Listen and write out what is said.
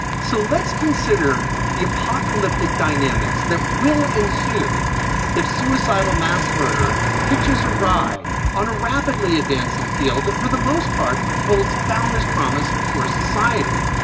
so let's consider the apocalyptic dynamics that will ensue if suicidal mass murder hitches a ride on a rapidly advancing field that for the most part holds boundless promise for society.